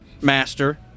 master